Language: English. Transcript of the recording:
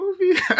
movie